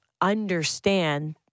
understand